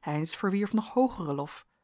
heynsz verwierf nog hoogeren lof